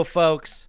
folks